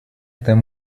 этом